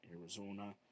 Arizona